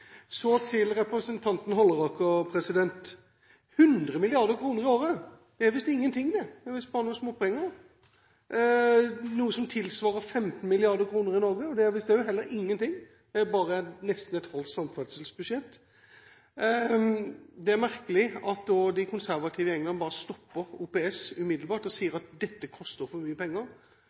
Så til representanten Halleraker. 100 mrd. kr i året – det er visst ingenting, det er visst bare småpenger! Noe som tilsvarer 15 mrd. kr i året, er visst heller ingenting, det er bare nesten et halvt samferdselsbudsjett! Det er merkelig at også de konservative i England bare stopper OPS umiddelbart og sier at dette koster for mye penger.